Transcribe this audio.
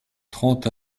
trente